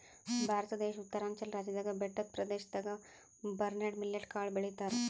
ಭಾರತ ದೇಶ್ ಉತ್ತರಾಂಚಲ್ ರಾಜ್ಯದಾಗ್ ಬೆಟ್ಟದ್ ಪ್ರದೇಶದಾಗ್ ಬರ್ನ್ಯಾರ್ಡ್ ಮಿಲ್ಲೆಟ್ ಕಾಳ್ ಬೆಳಿತಾರ್